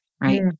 right